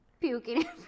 puking